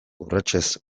urratsez